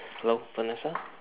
hello Vanessa